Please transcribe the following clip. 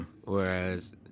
Whereas